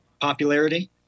popularity